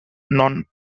non